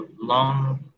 long